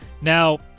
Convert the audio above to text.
Now